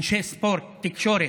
אנשי ספורט, תקשורת,